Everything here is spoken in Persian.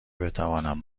بتوانم